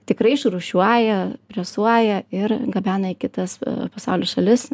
tikrai išrūšiuoja presuoja ir gabena į kitas pasaulio šalis